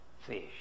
fish